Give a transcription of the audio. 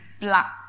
black